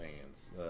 fans